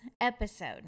episode